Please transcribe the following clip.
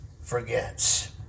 forgets